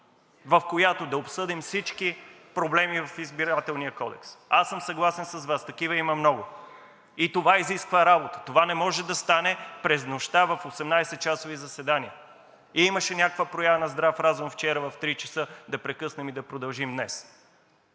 в която да обсъдим всички проблеми в Изборния кодекс. Съгласен съм с Вас, такива има много. Това изисква работа. Това не може да стане през нощта в 18-часови заседания. Имаше някаква проява на здрав разум вчера в три часа да прекъснем и да продължим днес.